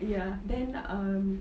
ya then um